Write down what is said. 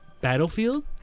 Battlefield